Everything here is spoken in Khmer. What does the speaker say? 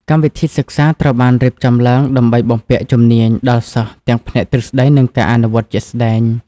កម្មវិធីសិក្សាត្រូវបានរៀបចំឡើងដើម្បីបំពាក់ជំនាញដល់សិស្សទាំងផ្នែកទ្រឹស្តីនិងការអនុវត្តជាក់ស្តែង។